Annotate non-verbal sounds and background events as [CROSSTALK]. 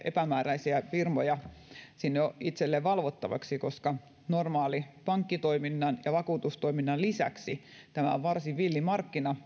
epämääräisiä firmoja sinne itselleen valvottavaksi koska normaalin pankkitoiminnan ja vakuutustoiminnan lisäksi tämä on varsin villi markkina [UNINTELLIGIBLE]